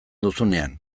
duzunean